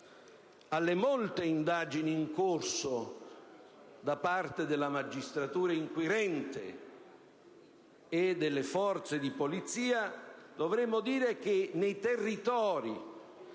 alle molte indagini in corso da parte della magistratura inquirente e delle forze di polizia, dovremmo dire che nei territori